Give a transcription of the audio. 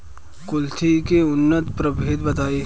कुलथी के उन्नत प्रभेद बताई?